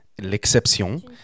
L'Exception